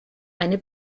eine